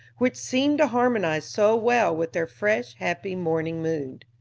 which seemed to harmonize so well with their fresh, happy morning mood.